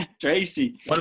Tracy